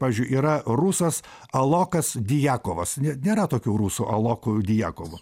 pavyzdžiui yra rusas alokas diakovas ne nėra tokio ruso aloko diakovo